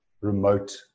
remote